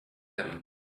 them